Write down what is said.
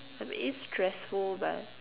I mean it's stressful but